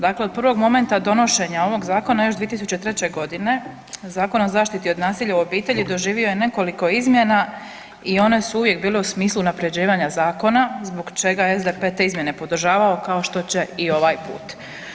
Dakle, od prvog momenta donošenja ovog zakona još 2003.g. Zakona o zaštiti od nasilja u obitelji doživio je nekoliko izmjena i one su uvijek bile u smislu unapređivanja zakona zbog čega je SDP te izmijene podržavao kao što će i ovaj put.